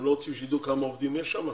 הם לא רוצים שידעו כמה עובדים יש שם?